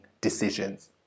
decisions